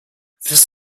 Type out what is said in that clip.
this